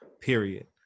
period